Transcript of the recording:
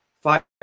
five